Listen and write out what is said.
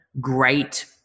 great